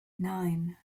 nine